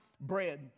bread